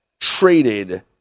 traded